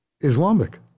Islamic